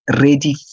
ready